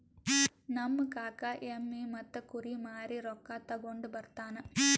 ನಮ್ ಕಾಕಾ ಎಮ್ಮಿ ಮತ್ತ ಕುರಿ ಮಾರಿ ರೊಕ್ಕಾ ತಗೊಂಡ್ ಬರ್ತಾನ್